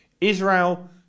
Israel